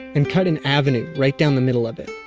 and cut an avenue right down the middle of it,